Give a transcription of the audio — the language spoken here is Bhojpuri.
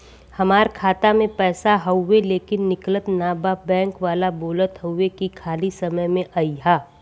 हमार खाता में पैसा हवुवे लेकिन निकलत ना बा बैंक वाला बोलत हऊवे की खाली समय में अईहा